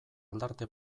aldarte